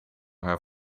haar